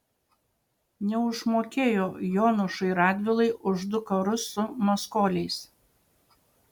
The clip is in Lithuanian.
neužmokėjo jonušui radvilai už du karus su maskoliais